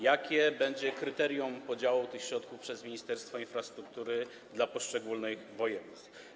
Jakie będzie kryterium podziału tych środków przez Ministerstwo Infrastruktury dla poszczególnych województw?